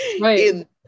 right